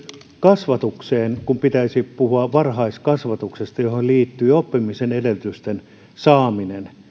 kasvatukseen kun pitäisi puhua varhaiskasvatuksesta johon liittyy oppimisen edellytysten saaminen